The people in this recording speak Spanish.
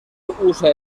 usa